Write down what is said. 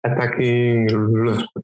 attacking